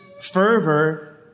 fervor